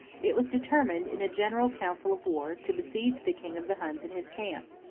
it was determined, in a general council of war, to besiege the king of the huns in his camp,